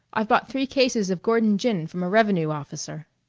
i've bought three cases of gordon gin from a revenue officer.